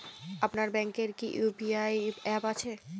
আপনার ব্যাংকের কি কি ইউ.পি.আই অ্যাপ আছে?